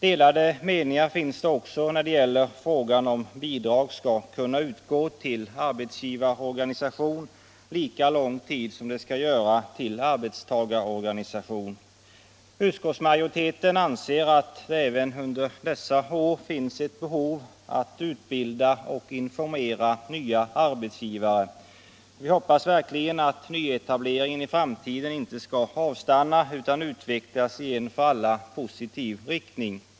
Delade meningar finns också när det gäller frågan om bidrag skall kunna utgå till arbetsgivarorganisation lika lång tid som det skall göra till arbetstagarorganisation. Utskottsmajoriteten anser att det även under dessa år finns ett behov att utbilda och informera nya arbetsgivare. För vi hoppas verkligen att nyetableringen i framtiden inte skall avstanna utan utvecklas i en för alla positiv riktning.